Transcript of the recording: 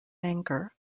anchor